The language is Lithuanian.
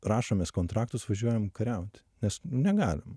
rašomės kontraktus važiuojam kariaut nes negalim